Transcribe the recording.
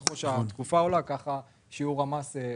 כאשר ככל שהתקופה עולה ככה שיעור המס פוחת.